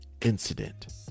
incident